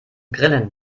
grillen